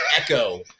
echo